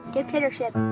Dictatorship